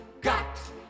got